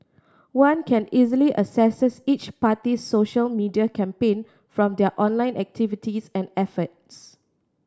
one can easily assesses each party's social media campaign from their online activities and efforts